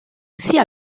sia